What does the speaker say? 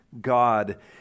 God